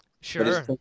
Sure